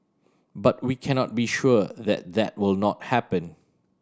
but we cannot be sure that that will not happen